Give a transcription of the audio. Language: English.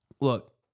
look